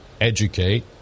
educate